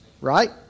right